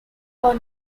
are